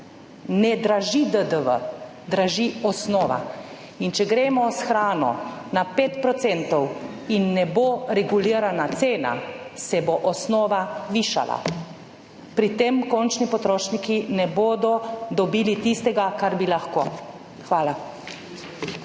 Ne draži DDV, draži osnova. In če gremo s hrano na 5 % in ne bo regulirana cena, se bo osnova višala. Pri tem končni potrošniki ne bodo dobili tistega, kar bi lahko. Hvala.